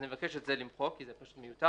אז נבקש את זה למחוק כי זה פשוט מיותר.